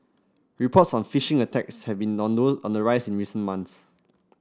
reports on phishing attacks have been on on the rise in recent months